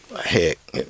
heck